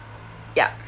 ya